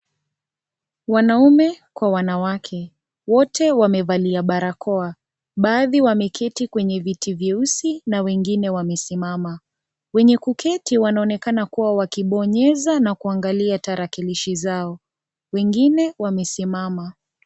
Wanaume kwa wanawake, wote wamevalia barakoa baadhi wameketi kwenye viti vyeusi na wengine wamesimama, wenye kuketi wanaonekana kuwa wakibonyeza na kuangalia tarakilishi zao, wengine wamesimama.